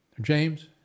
James